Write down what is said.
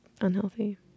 unhealthy